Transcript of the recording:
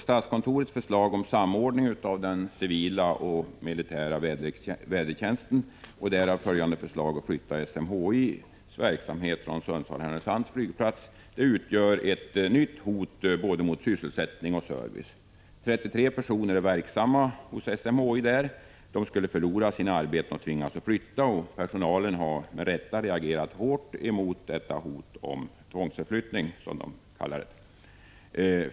Statskontorets förslag om samordning av den civila och militära vädertjänsten och därav följande förslag att flytta SMHI:s verksamhet från Sundsvalls-Härnösands flygplats utgör ett nytt hot mot både sysselsättning och service. 33 personer är verksamma hos SMHI där. De skulle förlora sina arbeten och tvingas flytta. Personalen har med rätta reagerat hårt mot detta hot om tvångsförflyttning.